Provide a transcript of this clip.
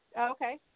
Okay